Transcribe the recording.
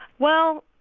well,